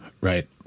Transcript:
right